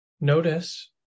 Notice